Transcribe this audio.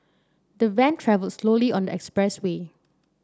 the van travelled slowly on the expressway